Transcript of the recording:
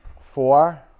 four